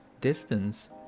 distance